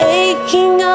aching